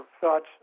thoughts